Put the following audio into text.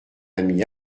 ami